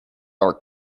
are